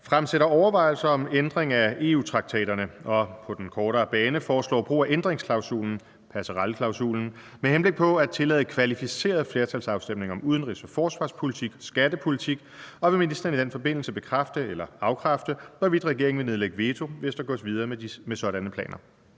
fremsætter overvejelser om ændring af EU-traktaterne og – på den kortere bane – foreslår brug af ændringsklausulen (passerelleklausulen) med henblik på at tillade kvalificeret flertalsafstemning om udenrigs- og forsvarspolitik og skattepolitik, og vil ministeren i den forbindelse bekræfte eller afkræfte, hvorvidt regeringen vil nedlægge veto, hvis der gås videre med sådanne planer?